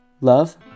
love